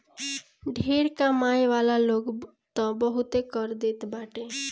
ढेर कमाए वाला लोग तअ बहुते कर देत बाटे